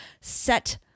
set